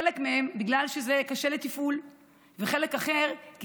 חלק מהם בגלל שזה קשה לתפעול וחלק אחר כי